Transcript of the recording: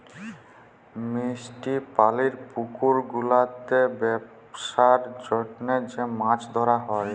মিষ্টি পালির পুকুর গুলাতে বেপসার জনহ যে মাছ ধরা হ্যয়